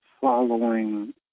following